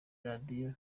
radiyo